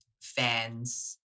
fans